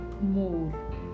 more